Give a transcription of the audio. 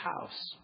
house